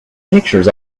pictures